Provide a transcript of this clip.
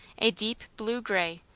a deep blue-grey,